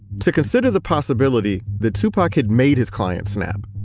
to consider the possibility that tupac had made his client snap.